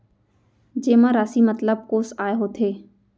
जेमा राशि मतलब कोस आय होथे?